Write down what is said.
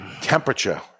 Temperature